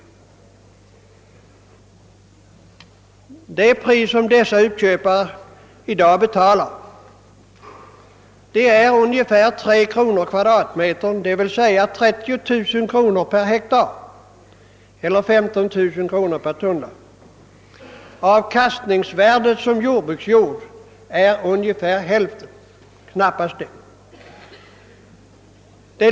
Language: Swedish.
Det pris som dessa uppköpare i dag betalar är ungefär 3 kronor per kvm, d.v.s. 30 000 kronor per hektar eller 15000 kronor per tunnland. Avkastningsvärdet som jordbruksjord är ungefär hälften eller knappast det.